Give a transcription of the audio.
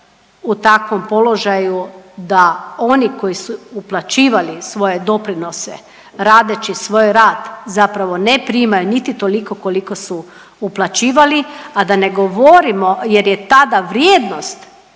u takvom položaju da oni koji su uplaćivali svoje doprinose radeći svoj rad zapravo ne primaju niti toliko koliko su uplaćivali, a da ne govorimo jer je tada vrijednost